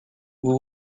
vous